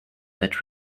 that